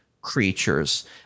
creatures